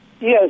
Yes